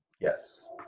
Yes